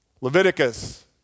Leviticus